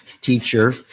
teacher